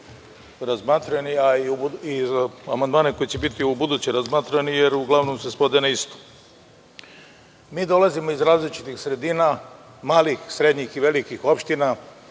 a i o amandmanima koji će biti u buduće razmatrani, jer uglavnom se svode na isto. Mi dolazimo iz različitih sredina, malih, srednjih i velikih opština